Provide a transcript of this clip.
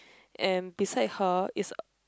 and beside her is a